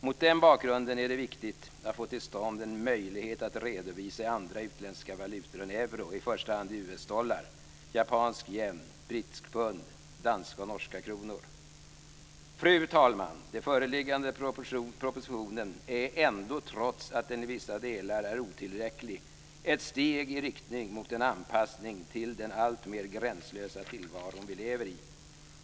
Mot den bakgrunden är det viktigt att få till stånd en möjlighet att redovisa i andra utländska valutor än euro, i första hand US Fru talman! Den föreliggande propositionen är ändå, trots att den i vissa delar är otillräcklig, ett steg i riktning mot en anpassning till den alltmer gränslösa tillvaro vi lever i.